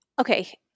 okay